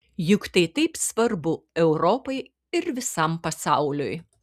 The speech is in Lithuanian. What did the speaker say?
juk tai taip svarbu europai ir visam pasauliui